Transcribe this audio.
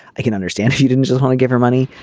i can understand she didn't just want to give her money.